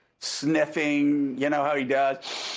sniffing, you know how he does.